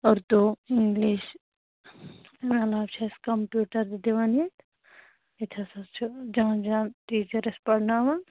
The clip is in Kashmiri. اُردوٗ اِنٛگلِش تَمہِ عَلاو چھِ أسۍ کَپمِیوٗٹَر بہٕ دِوان ییٚتہِ ییٚتہِ حٲز چھِ جان جان ٹیٖچَر اسہِ پَرناوَان